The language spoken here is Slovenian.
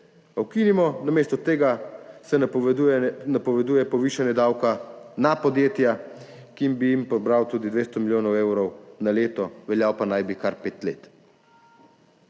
ukinimo, namesto tega se napoveduje povišanje davka na podjetja, ki bi jim pobral tudi 200 milijonov evrov na leto, veljal pa naj bi kar pet let.